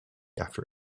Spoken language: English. after